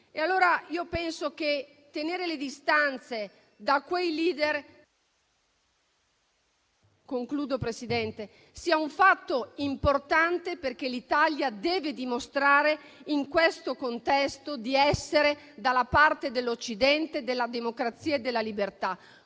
destino. Io penso che tenere le distanze da quei *leader* sia un fatto importante, perché l'Italia deve dimostrare, in questo contesto, di essere dalla parte dell'Occidente, della democrazia e della libertà.